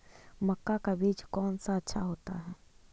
मक्का का बीज कौन सा अच्छा होता है?